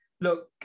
look